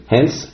Hence